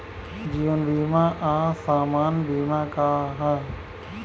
जीवन बीमा आ सामान्य बीमा का ह?